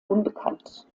unbekannt